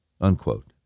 Unquote